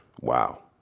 Wow